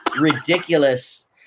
ridiculous